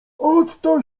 otto